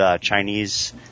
Chinese